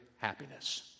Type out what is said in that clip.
happiness